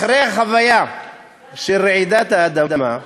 אחרי החוויה של רעידת האדמה,